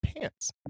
pants